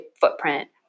footprint